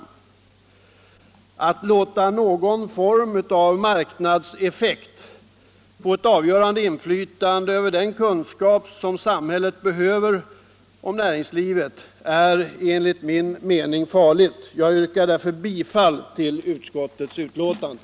giftsoch uppbörds Att låta någon form av marknadseffekt få ett avgörande inflytande = skyldighet m.m. över den kunskap som samhället behöver om näringslivet är enligt min mening farligt, och jag yrkar därför bifall till utskottets hemställan.